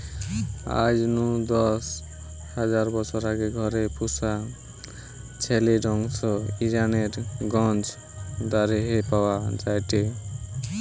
আজ নু দশ হাজার বছর আগে ঘরে পুশা ছেলির অংশ ইরানের গ্নজ দারেহে পাওয়া যায়টে